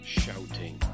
shouting